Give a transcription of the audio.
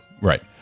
right